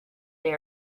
they